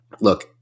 look